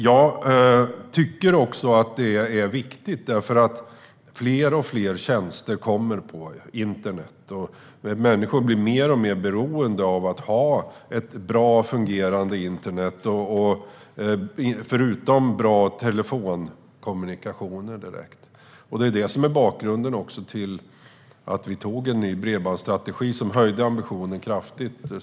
Jag tycker att detta är viktigt, för fler och fler tjänster kommer på internet. Människor blir mer och mer beroende av att ha ett bra och fungerande internet, förutom bra telefonkommunikationer. Detta är också bakgrunden till att vi antog en ny bredbandsstrategi strax före jul. Den höjde ambitionen kraftigt.